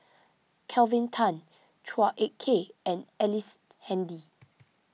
Kelvin Tan Chua Ek Kay and Ellice Handy